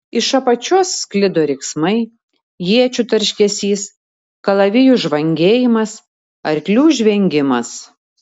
iš apačios sklido riksmai iečių tarškesys kalavijų žvangėjimas arklių žvengimas